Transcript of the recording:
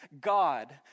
God